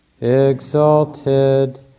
exalted